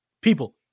People